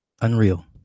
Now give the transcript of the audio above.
Unreal